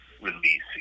release